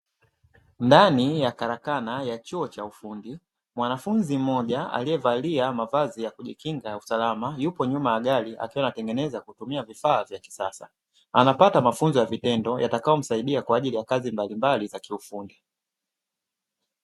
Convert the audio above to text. Ndani ya karakana ya chuo cha ufundi, mwanafunzi mmoja aliyevalia mavazi ya kujikinga ya usalama yupo nyuma ya gari akiwa anatengeneza kwa kutumia vifaa vya kisasa, anapata mafunzo ya vitendo yatakayomsaidia kwa ajili ya kazi mbalimbali za kiufundi.